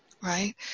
right